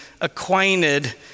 acquainted